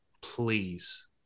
Please